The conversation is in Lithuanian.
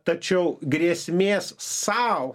tačiau grėsmės sau ir